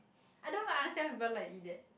I don't even understand people like to eat that